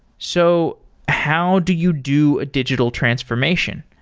so how do you do a digital transformation?